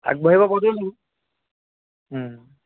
আগবাঢ়িব কৈ থাকিলেই হ'ল